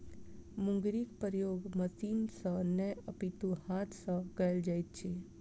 मुंगरीक प्रयोग मशीन सॅ नै अपितु हाथ सॅ कयल जाइत अछि